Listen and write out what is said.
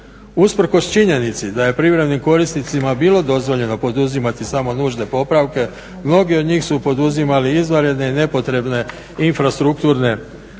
Usprkos činjenici da je privremenim korisnicima bilo dozvoljeno poduzimati samo nužne popravke, mnogi od njih su poduzimali izvanredne i nepotrebne infrastrukturne